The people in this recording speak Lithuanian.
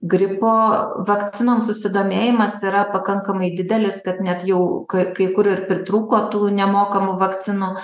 gripo vakcinom susidomėjimas yra pakankamai didelis kad net jau ka kai kur ir pritrūko tų nemokamų vakcinų